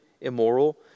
immoral